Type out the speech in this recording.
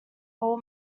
all